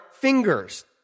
fingers